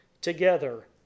together